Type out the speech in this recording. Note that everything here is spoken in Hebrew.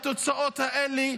התוצאות האלה,